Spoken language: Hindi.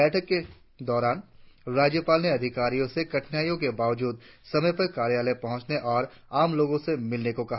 बैठक के दौरा राज्यपाल ने अधिकारियों से कठिनाईयों के बावजूद समय पर कार्यालय पहुचने और आम लोगों से मिलने को कहा